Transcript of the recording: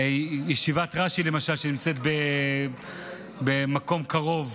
ישיבת רש"י, למשל, נמצאת במקום קרוב,